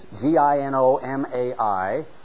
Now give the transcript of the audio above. G-I-N-O-M-A-I